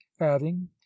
adding